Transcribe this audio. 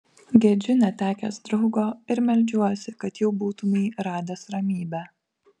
gedžiu netekęs draugo ir meldžiuosi kad jau būtumei radęs ramybę